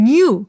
New